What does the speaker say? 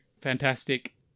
fantastic